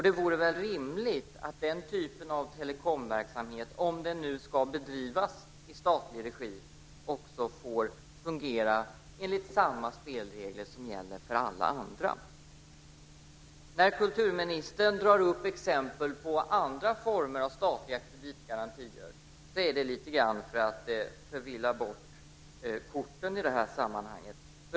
Det vore väl rimligt att den typen av telekomverksamhet - om den nu ska bedrivas i statlig regi - får fungera enligt samma spelregler som gäller för alla andra? När kulturministern tar upp exempel på andra former av statliga kreditgarantier så gör hon det lite grann för att förvilla och blanda bort korten i det här sammanhanget.